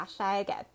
Hashtag